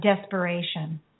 desperation